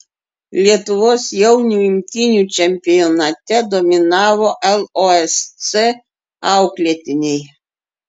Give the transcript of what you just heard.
lietuvos jaunių imtynių čempionate dominavo losc auklėtiniai